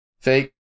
Fake